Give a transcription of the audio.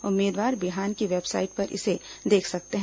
उम्मीदवार बिहान की वेबसाइट पर इसे देख सकते हैं